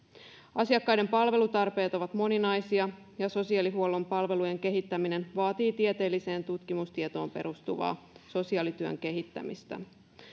asiakkaiden palvelutarpeet ovat moninaisia ja sosiaalihuollon palvelujen kehittäminen vaatii tieteelliseen tutkimustietoon perustuvaa sosiaalityön kehittämistä